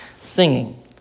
Singing